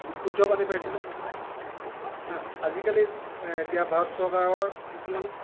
বিশুদ্ধ পানী পাইছিলে আজিকালি এতিয়া ভাৰত চৰকাৰৰ কিছুমান